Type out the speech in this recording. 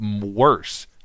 worse